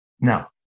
Now